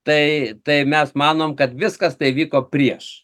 tai tai mes manom kad viskas tai vyko prieš